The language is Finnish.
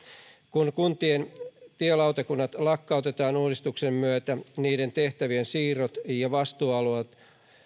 kun kuntien tielautakunnat lakkautetaan uudistuksen myötä niiden tehtävien siirtojen ja vastuualueiden